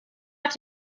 have